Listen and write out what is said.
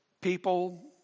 people